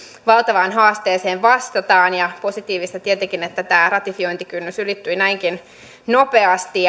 valtavaan haasteeseen vastataan positiivista tietenkin on että tämä ratifiointikynnys ylittyi näinkin nopeasti